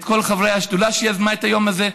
את כל חברי השדולה שיזמה את היום הזה,